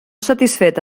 satisfet